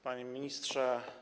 Panie Ministrze!